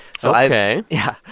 so i. ok yeah.